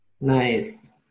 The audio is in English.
Nice